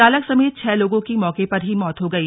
चालक समेत छह लोगों की मौके पर ही मौत हो गई